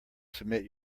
submit